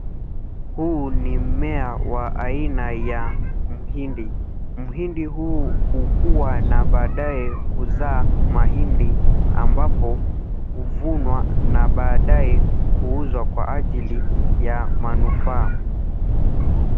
Huu ni mmea wa aina ya mhindi, mhindi huu hukuwa na badae kuzaa mahindi ambapo huvunwa na baadae kuuzwa kwa ajili ya manufaa.